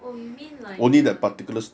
oh you mean like the